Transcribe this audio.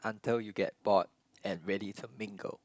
until you get bored and ready to mingle